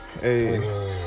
hey